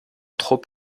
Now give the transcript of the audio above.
trop